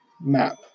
map